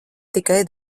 tikai